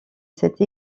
cette